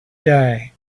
day